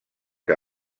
que